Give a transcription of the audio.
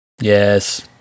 yes